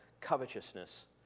covetousness